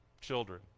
children